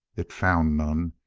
it found none,